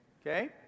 Okay